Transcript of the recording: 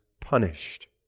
punished